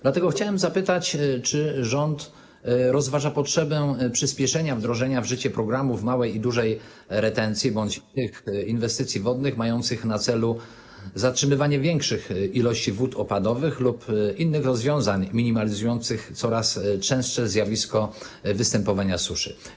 Dlatego chciałem zapytać: Czy rząd rozważa potrzebę przyspieszenia wdrożenia w życie programów małej i dużej retencji bądź inwestycji wodnych mających na celu zatrzymywanie większych ilości wód opadowych lub innych rozwiązań minimalizujących coraz częstsze zjawisko suszy?